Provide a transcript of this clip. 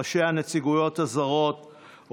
ראשי הנציגויות הזרות,